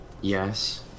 yes